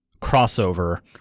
Crossover